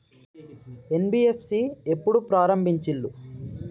NBFC ఎప్పుడు ప్రారంభించిల్లు?